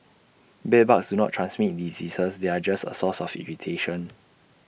bedbugs do not transmit diseases they are just A source of irritation